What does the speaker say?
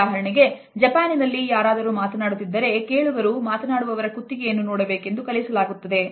ಉದಾಹರಣೆಗೆ ಜಪಾನಿನಲ್ಲಿ ಯಾರಾದರೂ ಮಾತನಾಡುತ್ತಿದ್ದರೆ ಕೇಳುಗರು ಮಾತನಾಡುವವರ ಕುತ್ತಿಗೆಯನ್ನು ನೋಡಬೇಕೆಂದು ಕಲಿಸಲಾಗುತ್ತದೆ